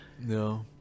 no